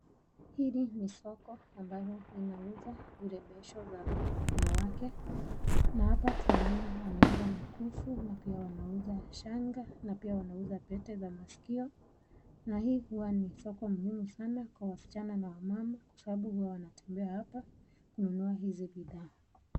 Hili ni soko ambalo linauza virembesho za wanawake. Na hapa tunaona wanauza mikufu na pia wanauza shanga na pia wanauza pete za maskio na hii huwa ni soko muhimu sana kwa waschana na wamama kwa sababu huwa wanatembea hapa kununua hizi bidhaa.